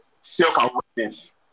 self-awareness